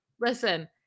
Listen